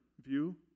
view